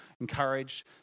encourage